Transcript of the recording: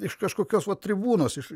iš kažkokios vat tribūnos iš